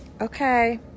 Okay